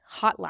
hotline